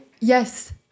yes